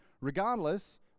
Regardless